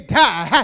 die